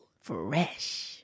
Fresh